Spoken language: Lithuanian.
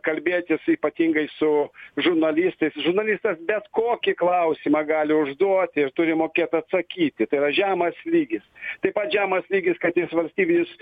kalbėtis ypatingai su žurnalistais žurnalistas bet kokį klausimą gali užduoti ir turi mokėt atsakyti tai yra žemas lygis taip pat žemas lygis kad jis valstybinius